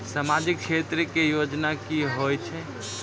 समाजिक क्षेत्र के योजना की होय छै?